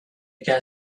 get